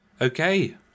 okay